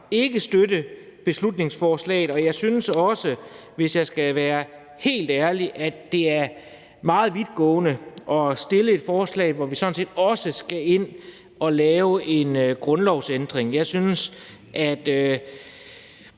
ikke støtte beslutningsforslaget, og jeg synes også, hvis jeg skal være helt ærlig, at det er meget vidtgående at fremsætte forslag, hvor vi sådan set også skal ind at lave en grundlovsændring. Jeg synes, at